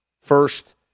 first